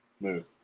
move